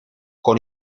con